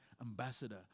ambassador